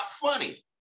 funny